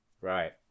Right